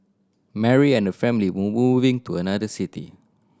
Mary and her family were moving to another city